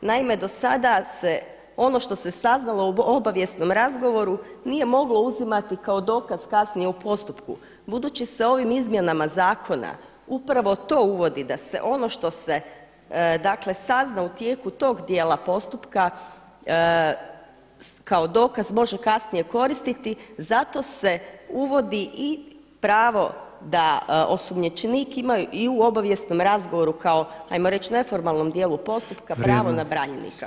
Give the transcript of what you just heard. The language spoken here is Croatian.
Naime, do sada se ono što se saznalo u obavijesnom razgovoru nije moglo uzimati kao dokaz kasnije u postupku, budući se ovim izmjenama zakona upravo to uvodi da se ono što se sazna u tijeku tog dijela postupka kao dokaz može kasnije koristiti zato se uvodi i pravo da osumnjičenik ima i u obavijesnom razgovoru kao ajmo reći neformalnom dijelu postupka pravo na branjenika.